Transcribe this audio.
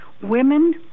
women